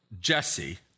Jesse